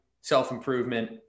self-improvement